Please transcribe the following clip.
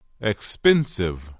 expensive